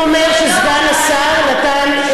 הוא אומר שסגן השר נתן,